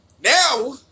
Now